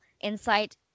insight